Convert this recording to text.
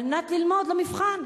על מנת ללמוד למבחן,